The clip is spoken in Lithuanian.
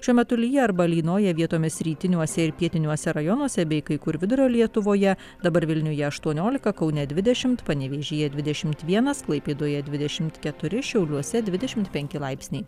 šiuo metu lyja arba lynoja vietomis rytiniuose ir pietiniuose rajonuose bei kai kur vidurio lietuvoje dabar vilniuje aštuoniolika kaune dvidešimt panevėžyje dvidešimt vienas klaipėdoje dvidešimt keturi šiauliuose dvidešimt penki laipsniai